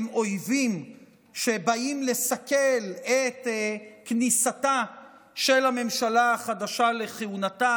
אויבים שבאים לסכל את כניסתה של הממשלה החדשה לכהונתה,